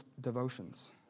devotions